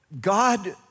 God